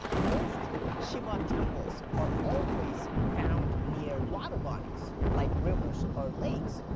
most shiva temples are always found near water bodies, like rivers or lakes,